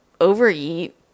overeat